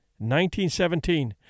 1917